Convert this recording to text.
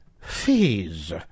fees